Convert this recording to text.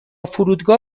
فرودگاه